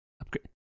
upgrade